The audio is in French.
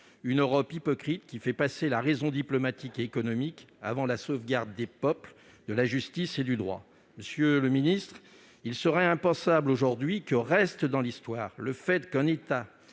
une Europe hypocrite, qui faisait passer la raison diplomatique et économique avant la sauvegarde des peuples, de la justice et du droit. Monsieur le ministre, il serait impensable aujourd'hui que reste dans l'Histoire un camouflet